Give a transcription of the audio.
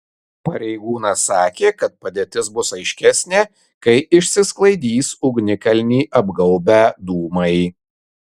pareigūnas sakė kad padėtis bus aiškesnė kai išsisklaidys ugnikalnį apgaubę dūmai